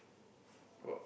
oh